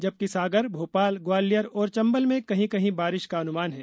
जबकि सागर भोपाल ग्वालियर और चंबल में कहीं कहीं बारिश का अनुमान है